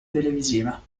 televisiva